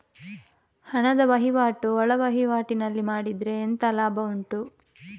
ಹಣದ ವಹಿವಾಟು ಒಳವಹಿವಾಟಿನಲ್ಲಿ ಮಾಡಿದ್ರೆ ಎಂತ ಲಾಭ ಉಂಟು?